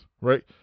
right